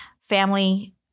family